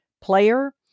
player